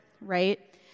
right